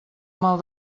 mal